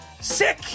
Sick